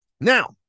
Now